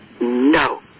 no